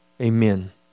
Amen